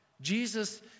Jesus